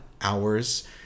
hours